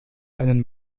einen